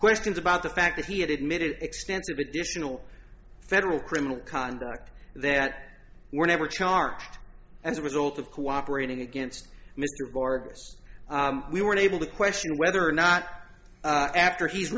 questions about the fact that he had admitted extensive additional federal criminal conduct that were never charged as a result of cooperating against mr vargas we were able to question whether or not after he's